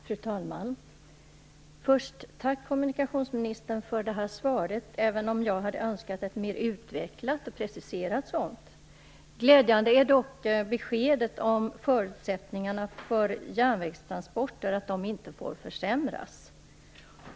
Fru talman! Först vill jag tacka kommunikationsministern för svaret, även om jag hade önskat ett mer utvecklat och preciserat svar. Glädjande är dock beskedet om att förutsättningarna för järnvägstransporter inte får försämras.